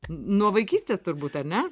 nuo vaikystės turbūt ar ne